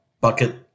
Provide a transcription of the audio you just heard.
bucket